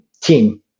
team